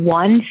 one